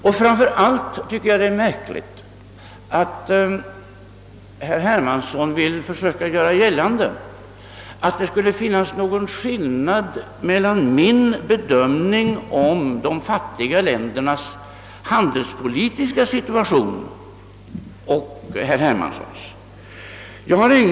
Och framför allt tycker jag det är märkligt att herr Hermansson vill försöka göra gällande, att det skulle finnas en skillnad mellan min bedömning av de fattiga ländernas handelspolitiska situation och herr Hermanssons bedömning.